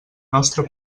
nostra